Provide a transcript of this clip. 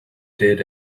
did